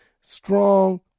strong